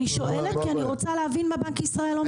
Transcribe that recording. אני שואלת כי אני רוצה להבין מה בנק ישראל.